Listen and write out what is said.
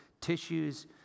tissues